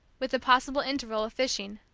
with a possible interval of fishing.